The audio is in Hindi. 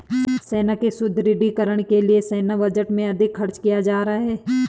सेना के सुदृढ़ीकरण के लिए सैन्य बजट में अधिक खर्च किया जा रहा है